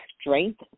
strength